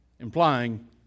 Implying